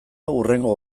hurrengo